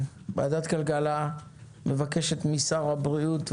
ועדת כלכלה מבקשת משר הבריאות,